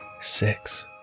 Six